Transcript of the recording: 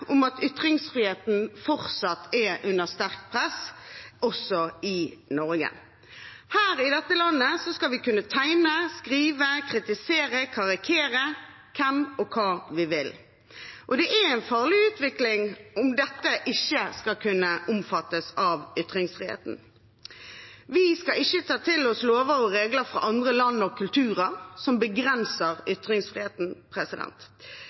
om at ytringsfriheten fortsatt er under sterkt press, også i Norge. Her i dette landet skal vi kunne tegne, skrive, kritisere og karikere hvem og hva vi vil. Det er en farlig utvikling om dette ikke skal kunne omfattes av ytringsfriheten. Vi skal ikke ta til oss lover og regler fra andre land og kulturer som begrenser